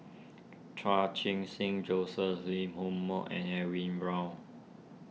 Char Qing Sing Joseph Lee Home Moh and Edwin Brown